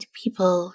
people